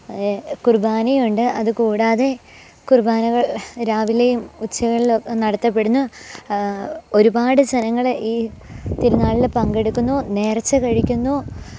കുർബാനയും ഉണ്ട് അത് കൂടാതെ കുർബാനകള് രാവിലെയും ഉച്ചകളിലും നടത്തപ്പെടുന്നു ഒരുപാട് ജനങ്ങൾ ഈ തിരുനാളിൽ പങ്കെടുക്കുന്നു നേര്ച്ച കഴിക്കുന്നു